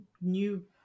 new